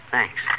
Thanks